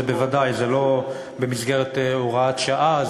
זה לא במסגרת הוראת שעה.